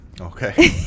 Okay